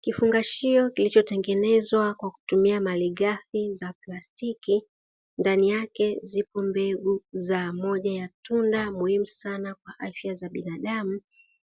Kifungashio kilichotengenezwa kwa kutumia malighafi za plastiki, ndani yake zipo mbegu za moja ya tunda muhimu sana kwa afya za binadamu